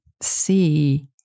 see